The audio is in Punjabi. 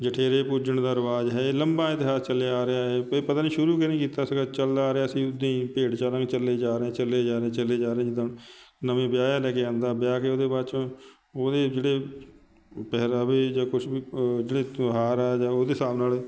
ਜਠੇਰੇ ਪੂਜਣ ਦਾ ਰਿਵਾਜ਼ ਹੈ ਲੰਮਾ ਇਤਿਹਾਸ ਚੱਲਿਆ ਆ ਰਿਹਾ ਹੈ ਇਹ ਪਤਾ ਨਹੀਂ ਸ਼ੁਰੂ ਕਿਹਨੇ ਕੀਤਾ ਸੀਗਾ ਚੱਲਦਾ ਆ ਰਿਹਾ ਸੀ ਉੱਦਾਂ ਹੀ ਭੇਡਚਾਲਾਂ ਵੀ ਚੱਲੇ ਜਾ ਰਹੇ ਚੱਲੇ ਜਾ ਰਹੇ ਚੱਲੇ ਜਾ ਰਹੇ ਜਿੱਦਾਂ ਹੁਣ ਨਵੇਂ ਵਿਆਹਿਆ ਲੈ ਕੇ ਆਉਂਦਾ ਵਿਆਹ ਕੇ ਉਹਦੇ ਬਾਅਦ 'ਚੋਂ ਉਹਦੇ ਜਿਹੜੇ ਪਹਿਰਾਵੇ ਜਾਂ ਕੁਛ ਵੀ ਜਿਹੜੇ ਤਿਉਹਾਰ ਹੈ ਜਾਂ ਉਹਦੇ ਹਿਸਾਬ ਨਾਲ